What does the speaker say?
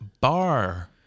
bar